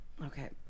Okay